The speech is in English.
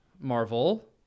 Marvel